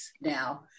now